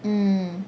mm